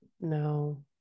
no